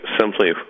simply